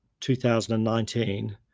2019